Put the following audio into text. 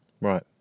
Right